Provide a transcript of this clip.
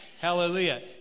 Hallelujah